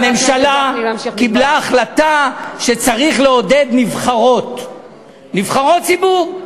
הממשלה קיבלה החלטה שצריך לעודד נבחרות ציבור.